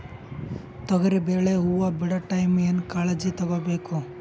ತೊಗರಿಬೇಳೆ ಹೊವ ಬಿಡ ಟೈಮ್ ಏನ ಕಾಳಜಿ ತಗೋಬೇಕು?